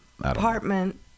apartment